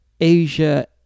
Asia